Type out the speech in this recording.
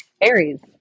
Aries